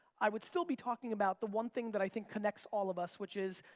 i would still be talking about the one thing that i think connects all of us, which is,